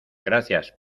gracias